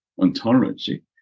ontology